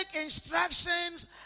instructions